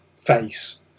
face